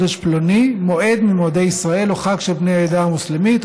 פלוני מועד ממועדי ישראל או חג של בני העדה המוסלמית,